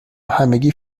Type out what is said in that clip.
همگی